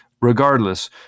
Regardless